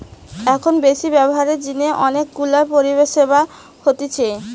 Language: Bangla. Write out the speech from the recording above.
এখন বেশি ব্যবহারের জিনে অনেক গুলা পরিষেবা হতিছে